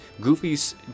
Goofy's